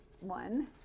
one